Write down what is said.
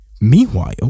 Meanwhile